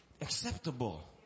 acceptable